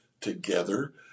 together